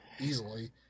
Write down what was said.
easily